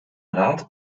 rat